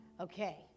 okay